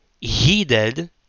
heeded